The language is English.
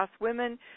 women